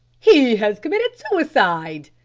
he has committed suicide!